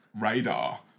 radar